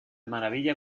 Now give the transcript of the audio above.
maravilla